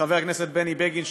ולחבר הכנסת בני בגין,